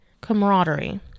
camaraderie